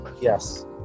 Yes